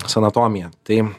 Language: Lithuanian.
su anatomija tai